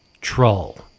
Troll